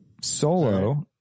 solo